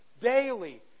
daily